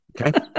okay